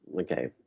okay